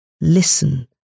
Listen